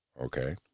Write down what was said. okay